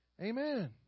Amen